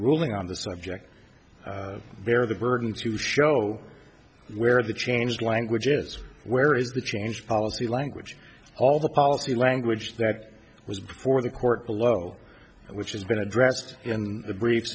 ruling on the subject bear the burden to show where the changed language is where is the change policy language all the policy language that was before the court below which has been addressed in the br